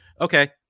okay